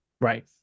right